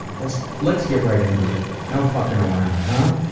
let's let's get right into it. no fuckin' around, huh?